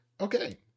Okay